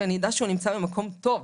שאני אדע שהוא נמצא במקום טוב.